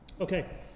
Okay